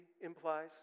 implies